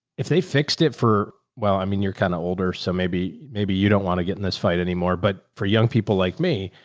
if they fixed it for, well, i mean, you're kind of older, so maybe, maybe you don't want to get in this fight anymore. but for young people like me,